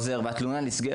ופעם אחר פעם התלונה נסגרת,